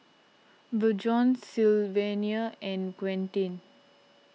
Bjorn Sylvania and Quentin